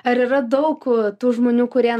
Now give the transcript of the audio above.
ar yra daug tų žmonių kurie